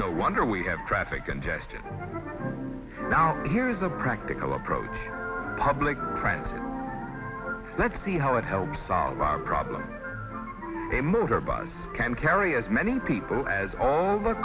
no wonder we have traffic congestion now here's a practical approach public transit let's see how it helps solve our problems a motorbike can carry as many people as all the